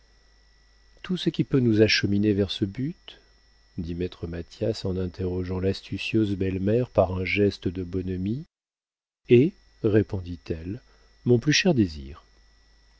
tout ce qui peut nous acheminer vers ce but dit maître mathias en interrogeant l'astucieuse belle-mère par un geste de bonhomie est répondit-elle mon plus cher désir